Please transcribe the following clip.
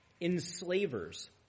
enslavers